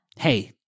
hey